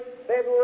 February